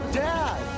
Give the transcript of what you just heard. dad